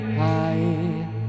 high